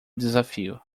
desafio